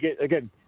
Again